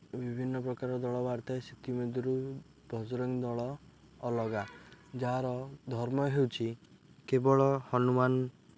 ବିଭିନ୍ନପ୍ରକାର ଦଳ ବାହାରିଥାଏ ସେଥି ମଧ୍ୟରୁ ବଜରଙ୍ଗ ଦଳ ଅଲଗା ଯାହାର ଧର୍ମ ହେଉଛି କେବଳ ହନୁମାନ